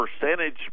percentage